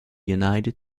united